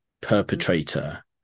perpetrator